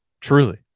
truly